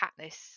Katniss